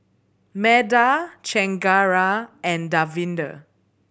Medha Chengara and Davinder